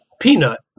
peanut